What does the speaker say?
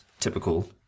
Typical